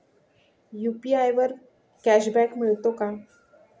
UPI वर cashback मिळतो का?